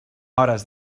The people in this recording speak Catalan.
hores